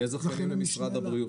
יש זכיינים למשרד הבריאות,